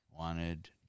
Wanted